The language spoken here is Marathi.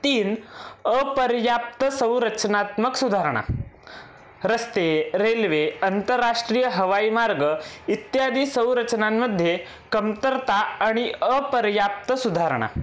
तीन अपर्याप्त संरचनात्मक सुधारणा रस्ते रेल्वे आंतरराष्ट्रीय हवाई मार्ग इत्यादी संरचनांमध्ये कमतरता आणि अपर्याप्त सुधारणा